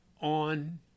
on